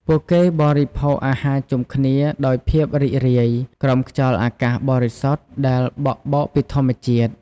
ពួកគេបរិភោគអាហារជុំគ្នាដោយភាពរីករាយ ក្រោមខ្យល់អាកាសបរិសុទ្ធដែលបក់បោកពីធម្មជាតិ។